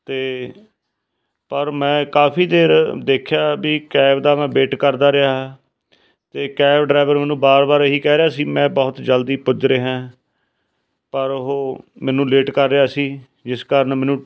ਅਤੇ ਪਰ ਮੈਂ ਕਾਫੀ ਦੇਰ ਦੇਖਿਆ ਵੀ ਕੈਬ ਦਾ ਮੈਂ ਵੇਟ ਕਰਦਾ ਰਿਹਾ ਅਤੇ ਕੈਬ ਡਰਾਈਵਰ ਮੈਨੂੰ ਬਾਰ ਬਾਰ ਇਹੀ ਕਹਿ ਰਿਹਾ ਸੀ ਮੈਂ ਬਹੁਤ ਜਲਦੀ ਪੁੱਜ ਰਿਹਾਂ ਪਰ ਉਹ ਮੈਨੂੰ ਲੇਟ ਕਰ ਰਿਹਾ ਸੀ ਜਿਸ ਕਾਰਨ ਮੈਨੂੰ